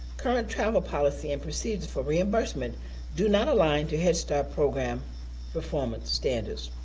current travel policy and procedure for reimbursement do not align to head start program performance standards.